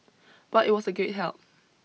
but it was a great help